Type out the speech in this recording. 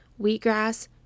wheatgrass